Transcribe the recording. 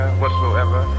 whatsoever